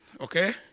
Okay